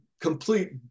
complete